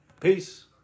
peace